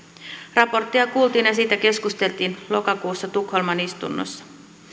raporttia kuultiin ja siitä keskusteltiin lokakuussa tukholman istunnossa